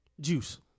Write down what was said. Juice